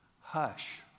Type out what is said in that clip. hush